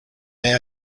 may